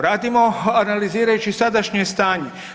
Radimo analizirajući sadašnje stanje.